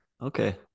Okay